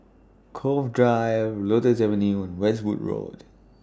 Cove Drive Lotus Avenue and Westwood Road